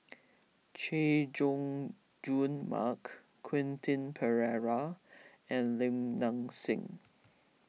Chay Jung Jun Mark Quentin Pereira and Lim Nang Seng